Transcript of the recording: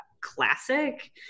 classic